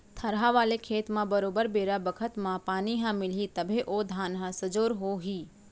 थरहा वाले खेत म बरोबर बेरा बखत म पानी ह मिलही तभे ओ धान ह सजोर हो ही